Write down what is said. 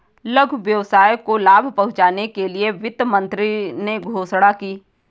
लघु व्यवसाय को लाभ पहुँचने के लिए वित्त मंत्री ने घोषणा की